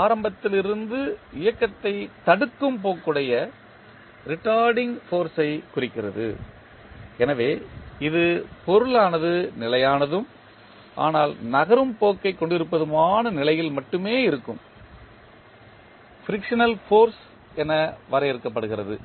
ஆரம்பத்தில் இருந்து இயக்கத்தைத் தடுக்கும் போக்குடைய ரீட்டார்டிங் ஃபோர்ஸ் ஐ குறிக்கிறது எனவே இது பொருளானது நிலையானதும் ஆனால் நகரும் போக்கை கொண்டிருப்பது மான நிலையில் மட்டுமே இருக்கும் ஃபிரிக்சனல் ஃபோர்ஸ் என வரையறுக்கப்படுகிறது